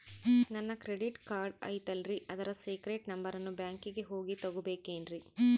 ನನ್ನ credit card ಐತಲ್ರೇ ಅದರ ಸೇಕ್ರೇಟ್ ನಂಬರನ್ನು ಬ್ಯಾಂಕಿಗೆ ಹೋಗಿ ತಗೋಬೇಕಿನ್ರಿ?